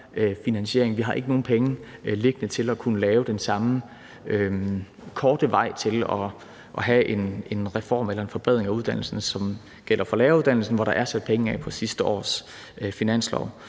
Vi har ikke nogen penge liggende til at kunne lave den samme korte vej til en reform eller en forbedring af uddannelsen, som gælder for læreruddannelsen, som der er sat penge af til på sidste års finanslov.